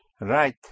right